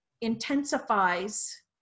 intensifies